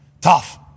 tough